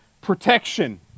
protection